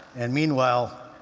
and meanwhile,